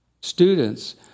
Students